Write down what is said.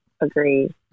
agree